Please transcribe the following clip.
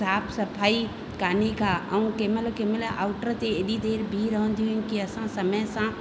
साफ़ु सफ़ाई काने का ऐं कंहिंमहिल कंहिंमहिल आउटर ते हेॾी देरि बीह रहंदियूं कि असां समय सां